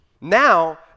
Now